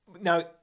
Now